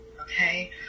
okay